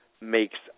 makes